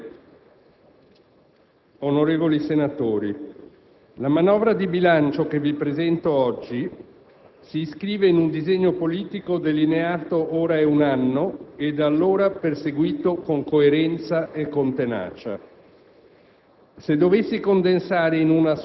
Signor Presidente, onorevoli senatori, la manovra di bilancio che vi presento oggi si iscrive in un disegno politico delineato è un anno e da allora perseguito con coerenza e con tenacia.